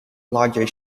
larger